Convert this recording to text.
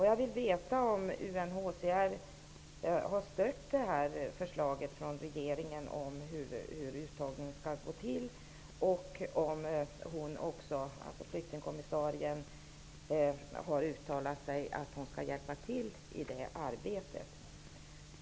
Jag vill veta om UNHCR har stött förslaget från regeringen om hur uttagningen skall gå till och om flyktingkommissarien har uttalat sig för att hjälpa till i det här arbetet.